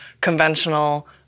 conventional